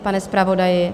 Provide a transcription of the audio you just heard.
Pane zpravodaji?